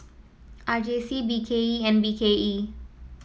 R J C B K E and B K E